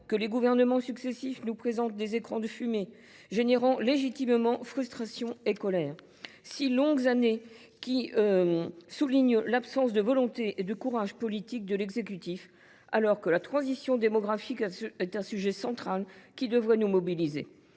que les gouvernements successifs nous présentent des écrans de fumée, entraînant légitimement frustration et colère. Six longues années qui soulignent l’absence de volonté et de courage politique de l’exécutif, alors que la transition démographique est un sujet central qui devrait nous mobiliser.